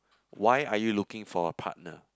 why are you looking for a partner